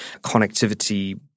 connectivity